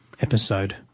episode